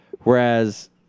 Whereas